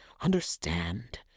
understand